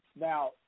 Now